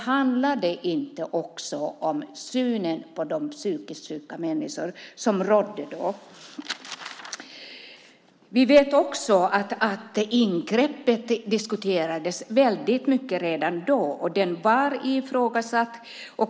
Handlar det inte också om den syn på de psykiskt sjuka människorna som då rådde? Vi vet att ingreppet diskuterades väldigt mycket redan då. Det var ifrågasatt.